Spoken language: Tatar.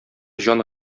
җан